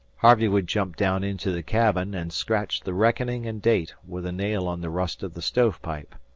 harvey would jump down into the cabin and scratch the reckoning and date with a nail on the rust of the stove-pipe.